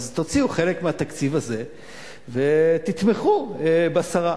אז תוציאו חלק מהתקציב הזה ותתמכו בשרה.